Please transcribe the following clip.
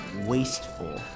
wasteful